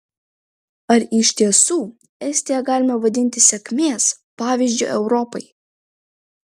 ar iš tiesų estiją galime vadinti sėkmės pavyzdžiu europai